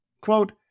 Quote